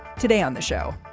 today on the show,